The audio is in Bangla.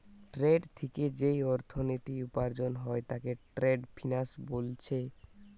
ট্রেড থিকে যেই অর্থনীতি উপার্জন হয় তাকে ট্রেড ফিন্যান্স বোলছে